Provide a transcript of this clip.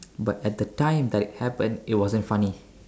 but at the time that it happened it wasn't funny